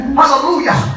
hallelujah